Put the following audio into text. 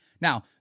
now